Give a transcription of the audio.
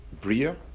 Bria